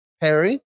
Harry